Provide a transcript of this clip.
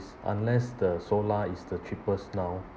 s~ unless the solar is the cheapest now